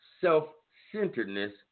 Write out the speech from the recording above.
self-centeredness